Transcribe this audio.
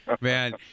man